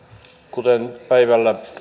kuten päivällä